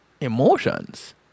emotions